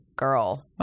girl